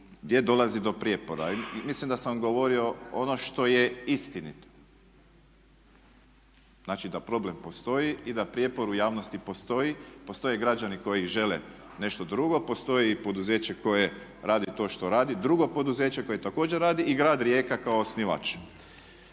gdje dolazi do prijepora. Mislim da sam govorio ono što je istinito, znači da problem postoji i da prijepor u javnosti postoji. Postoje građani koji žele nešto drugo, postoji i poduzeće koje radi to što radi. Drugo poduzeće koje također radi i grad Rijeka kao osnivač.